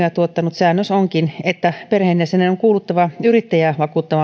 säännös onkin että perheenjäsenen on kuuluttava yrittäjää